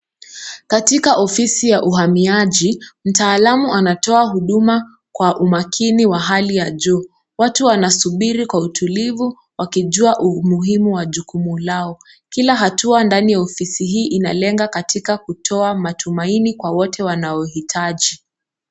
Katika ofisi ya uhamiaji, mtaalamu anatoa huduma kwa umakini wa hali ya juu. Watu wanasubiri kwa utulivu wakijua umuhimu wa jukumu lao. Kila hatua katika ofisi hii inalenga katika kutoa matumaini kwa watu wanaohitaji.